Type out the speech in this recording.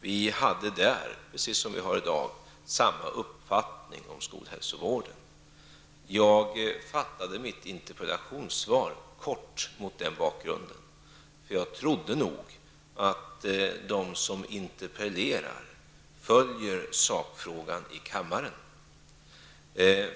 Vi hade då, precis som i dag, samma uppfattning om skolhälsovården. Jag fattade mitt interpellationssvar mot den bakgrunden mycket kort. Jag trodde nog att de som interpellerar följer sakfrågan i kammaren.